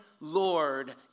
Lord